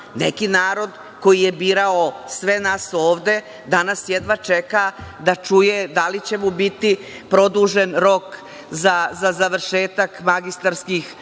neki narod koji je birao sve nas ovde, danas jedva čeka da čuje da li će mu biti produžen rok za završetak magistarskih,